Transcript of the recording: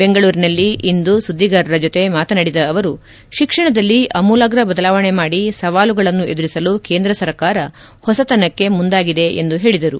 ಬೆಂಗಳೂರಿನಲ್ಲಿ ಇಂದು ಸುದ್ದಿಗಾರರ ಜೊತೆ ಮಾತನಾಡಿದ ಅವರು ತಿಕ್ಷಣದಲ್ಲಿ ಅಮೂಲಾಗ್ರ ಬದಲಾವಣೆ ಮಾಡಿ ಸವತಲುಗಳನ್ನು ಎದುರಿಸಲು ಕೇಂದ್ರ ಸರ್ಕಾರ ಹೊಸತನಕ್ಕೆ ಮುಂದಾಗಿದೆ ಎಂದು ಹೇಳಿದರು